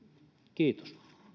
kiitos